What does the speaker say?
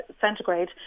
centigrade